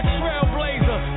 trailblazer